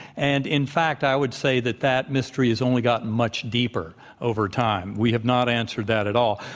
and in fact, i would say that that mystery has only gotten much deeper over time. we have not answered that at all.